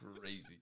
Crazy